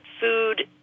food